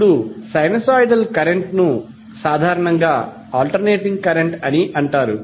ఇప్పుడు sinusoidal current ను సాధారణంగా ఆల్టర్నేటింగ్ కరెంట్ అని అంటారు